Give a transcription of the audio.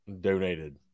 donated